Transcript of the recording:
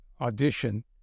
audition